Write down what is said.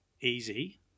easy